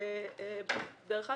דרך אגב,